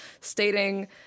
stating